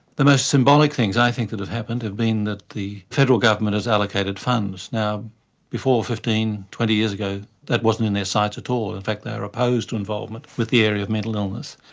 the most symbolic things i think that have happened have been that the federal government has allocated funds. before fifteen, twenty years ago that wasn't in their sights at all. in fact they were opposed to involvement with the area of mental illness.